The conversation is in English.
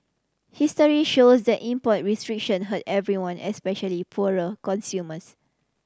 history shows that import restriction hurt everyone especially poorer consumers